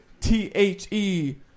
T-H-E